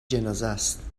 جنازهست